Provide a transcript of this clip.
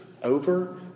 Over